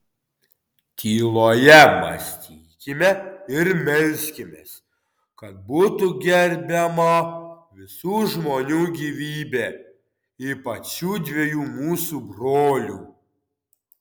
tyloje mąstykime ir melskimės kad būtų gerbiama visų žmonių gyvybė ypač šių dviejų mūsų brolių